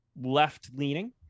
left-leaning